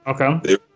Okay